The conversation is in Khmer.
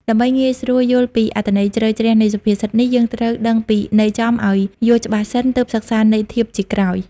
ដើម្បីងាយស្រួលយល់ពីអត្ថន័យជ្រៅជ្រះនៃសុភាសិតនេះ យើងត្រូវដឹងពីន័យចំឱ្យយល់ច្បាស់សិន ទើបសិក្សាន័យធៀបជាក្រោយ។